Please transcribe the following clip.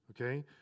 okay